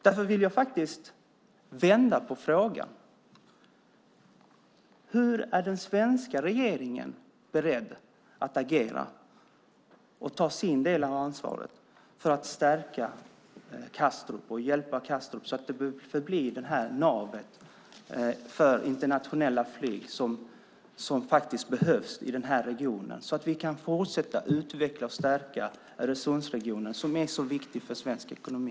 Därför vill jag vända på frågan: Hur är den svenska regeringen beredd att agera och ta sin del av ansvaret för att stärka och hjälpa Kastrup så att det förblir detta nav för internationellt flyg som behövs i denna region, så att vi kan fortsätta att utveckla och stärka Öresundsregionen, som är så viktig för svensk ekonomi?